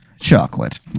chocolate